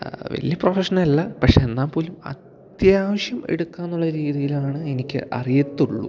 വലിയ പ്രൊഫഷണൽ അല്ല പക്ഷെ എന്നാൽ പോലും അത്യാവശ്യം എടുക്കുക എന്നുള്ള രീതിയിലാണ് എനിക്ക് അറിയത്തുള്ളൂ